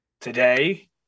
today